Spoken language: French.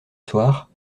soir